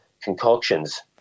concoctions